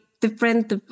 different